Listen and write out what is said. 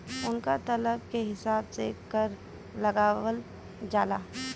उनका तलब के हिसाब से कर लगावल जाला